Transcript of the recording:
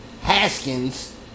Haskins